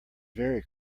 very